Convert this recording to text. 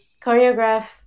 choreograph